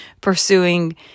pursuing